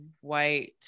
White